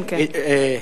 כן, כן.